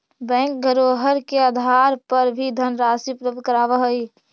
bank धरोहर के आधार पर भी धनराशि उपलब्ध करावऽ हइ